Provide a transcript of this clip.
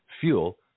fuel